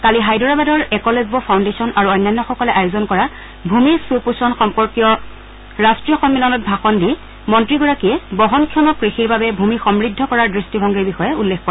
কালি হায়দৰাবাদৰ একলব্য ফাউণ্ডেশ্যন আৰু অন্যান্যসকলে আয়োজন কৰা ভূমি সুপোষণ সম্পৰ্কীয় ৰাষ্টীয় সম্মিলনত ভাষণ দি মন্ত্ৰীগৰাকীয়ে বহনক্ষম কৃষিৰ বাবে ভূমি সমূদ্ধ কৰাৰ দৃষ্টিভংগীৰ বিষয়ে উল্লেখ কৰে